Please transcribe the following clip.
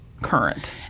current